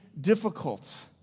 difficult